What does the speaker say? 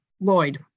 Lloyd